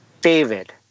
David